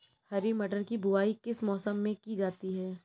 हरी मटर की बुवाई किस मौसम में की जाती है?